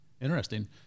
interesting